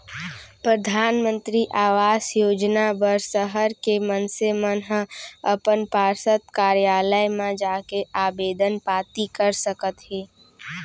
परधानमंतरी आवास योजना बर सहर के मनसे मन ह अपन पार्षद कारयालय म जाके आबेदन पाती कर सकत हे